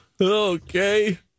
Okay